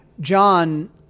John